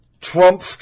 Trump